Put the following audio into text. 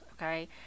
okay